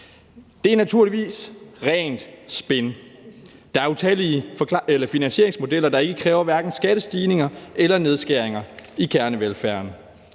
Det er naturligvis rent spin. Der er utallige finansieringsmodeller, der ikke kræver hverken skattestigninger eller nedskæringer i kernevelfærden.